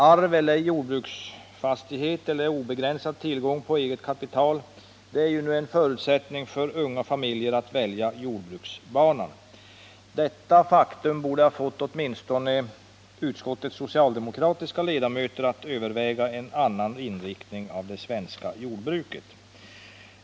Arv av jordbruksfastighet eller obegränsad tillgång på eget kapital är enda förutsättningarna för unga familjer att välja jordbrukarbanan. Detta faktum borde ha fått åtminstone utskottets socialdemokratiska ledamöter att överväga en annan inriktning för det svenska jordbruket.